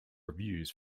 reviews